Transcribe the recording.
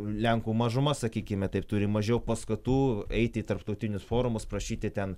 lenkų mažuma sakykime taip turi mažiau paskatų eiti į tarptautinius forumus prašyti ten